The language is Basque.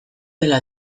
dela